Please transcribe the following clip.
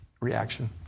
reaction